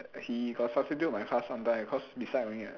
he got substitute my class sometime because beside only what